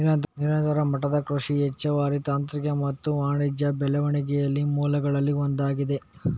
ನಿರಂತರ ಮಟ್ಟದ ಕೃಷಿ ಹೆಚ್ಚುವರಿ ತಾಂತ್ರಿಕ ಮತ್ತು ವಾಣಿಜ್ಯ ಬೆಳವಣಿಗೆಯ ಮೂಲಗಳಲ್ಲಿ ಒಂದಾಗಿದೆ